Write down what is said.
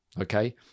Okay